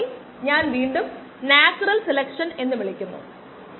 5 ln 2 0